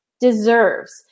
deserves